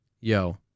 Yo